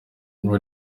ubwo